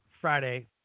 Friday